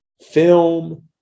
film